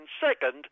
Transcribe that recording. second